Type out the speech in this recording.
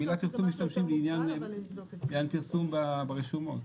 במילה פרסום משתמשים לעניין פרסום ברשומות.